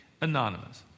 anonymous